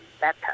better